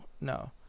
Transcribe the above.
no